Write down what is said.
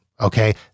Okay